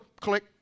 Click